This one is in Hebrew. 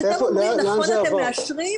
אז אתם אומרים שאתם מאשרים,